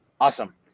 awesome